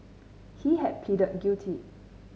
he had pleaded guilty